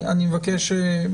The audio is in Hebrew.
תיכף נראה.